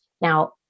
Now